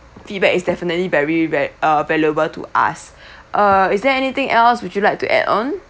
feedback is definitely very va~ uh valuable to us err is there anything else would you like to add on